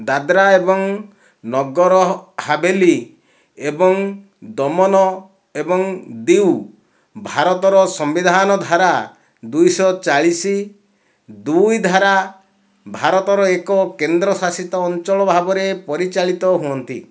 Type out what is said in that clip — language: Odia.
ଦାଦ୍ରା ଏବଂ ନଗର ହାଭେଲି ଏବଂ ଦମନ ଏବଂ ଡ଼ିଉ ଭାରତର ସମ୍ବିଧାନର ଧାରା ଦୁଇ ଶହ ଚାଳିଶ ଦ୍ୱାରା ଭାରତର ଏକ କେନ୍ଦ୍ରଶାସିତ ଅଞ୍ଚଳ ଭାବରେ ପରିଚାଳିତ ହୁଅନ୍ତି